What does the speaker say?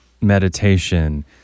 meditation